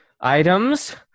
items